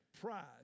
Pride